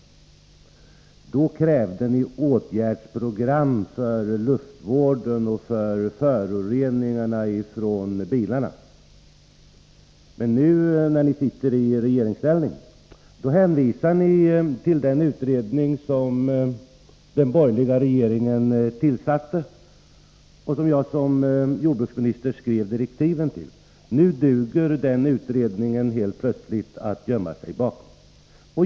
Då krävde ni åtgärdsprogram för luftvården och mot föroreningarna från bilarna. Men nu när ni sitter i regeringsställning hänvisar ni till den utredning som den borgerliga regeringen tillsatte, och som jag som jordbruksminister skrev direktiven till. Nu duger den utredningen helt plötsligt att gömma sig bakom.